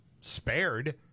spared